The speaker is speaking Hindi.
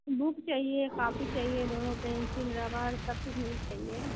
बुक चाहिए कापी चाहिए दोनों पेंसिल रबड़ सब कुछ मुझे चाहिए